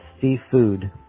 seafood